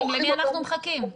למי אנחנו מחכים?